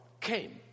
came